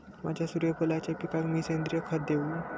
माझ्या सूर्यफुलाच्या पिकाक मी सेंद्रिय खत देवू?